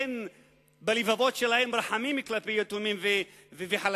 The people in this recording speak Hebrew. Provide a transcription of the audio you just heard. אין בלבבות שלהם רחמים כלפי יתומים וחלשים,